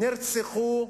נרצחו,